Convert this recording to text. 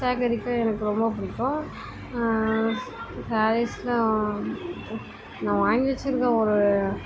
சேகரிக்க எனக்கு ரொம்ப பிடிக்கும் ஸேரீஸெல்லாம் நான் நான் வாங்கி வச்சுருக்கேன் ஒரு